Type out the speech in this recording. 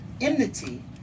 enmity